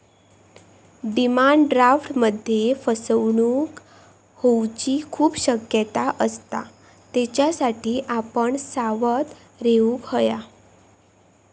demand ड्राफ्टमध्ये फसवणूक होऊची खूप शक्यता असता, त्येच्यासाठी आपण सावध रेव्हूक हव्या